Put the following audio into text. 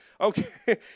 okay